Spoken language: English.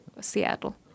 Seattle